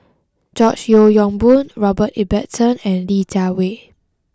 George Yeo Yong Boon Robert Ibbetson and Li Jiawei